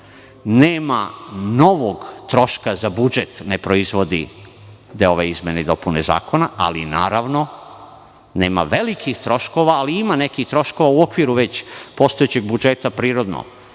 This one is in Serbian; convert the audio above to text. nema novog troška za budžet, ne proizvode ove izmene i dopune zakona, ali naravno, nema velikih troškova, ali ima nekih troškova u okviru već postojećeg budžeta. Prirodno